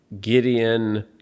Gideon